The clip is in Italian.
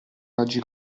raggi